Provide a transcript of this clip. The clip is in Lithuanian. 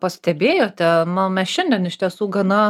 pastebėjote na mes šiandien iš tiesų gana